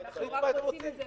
תחליטו מה אתם רוצים.